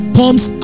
comes